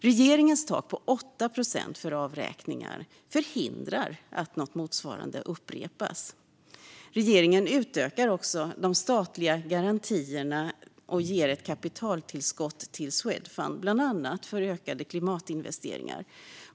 Regeringens tak på 8 procent för avräkningar förhindrar att något motsvarande upprepas. Regeringen utökar också de statliga garantierna och ger ett kapitaltillskott till Swedfund för bland annat ökade klimatinvesteringar.